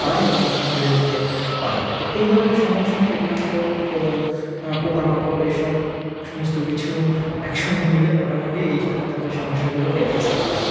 পায় এবং বেড়ে উঠতে পারে তো এই ধরনের সমস্যা কীটনাশক পোকামাকড় এই সব সমস্ত কিছু একসঙ্গে মিলে মোটামুটি এই সব ধরনের সমস্যাগুলোকে ফেস করতে হয়